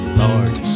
lord